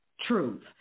truth